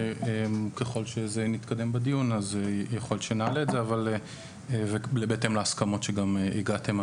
ככל שנתקדם בדיון אז יכול להיות שנעלה את זה בהתאם להסכמות שגם הגעתם,